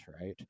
right